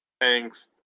Thanks